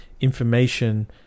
information